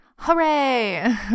Hooray